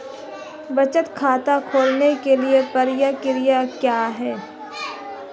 बचत खाता खोलने की प्रक्रिया क्या है?